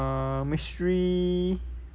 err mystery